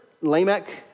Lamech